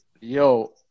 Yo